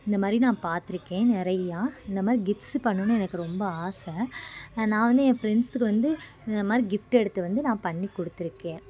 இந்தமாதிரி நான் பார்த்துருக்கேன் நிறையா இந்தமாதிரி கிஃப்ட்ஸ் பண்ணணுன்னு எனக்கு ரொம்ப ஆசை நான் வந்து என் ஃப்ரெண்ட்ஸுக்கு வந்து இந்தமாதிரி கிஃப்ட்டு எடுத்து வந்து நான் பண்ணி கொடுத்துருக்கேன்